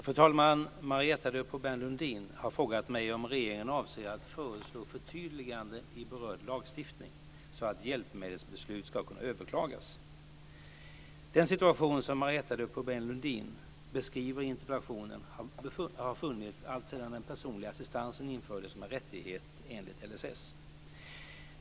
Fru talman! Marietta de Pourbaix-Lundin har frågat mig om regeringen avser att föreslå förtydliganden i berörd lagstiftning, så att hjälpmedelsbeslut ska kunna överklagas. Den situation som Marietta de Pourbaix-Lundin beskriver i interpellationen har funnits alltsedan den personliga assistansen infördes som en rättighet enligt LSS.